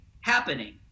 happening